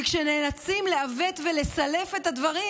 כי כשנאלצים לעוות ולסלף את הדברים,